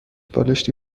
بالشتی